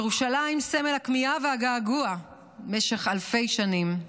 ירושלים, סמל הכמיהה והגעגוע במשך אלפי שנים.